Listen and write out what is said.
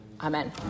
Amen